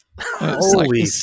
Holy